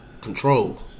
Control